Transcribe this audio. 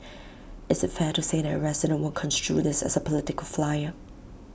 is IT fair to say that A resident will construe this as A political flyer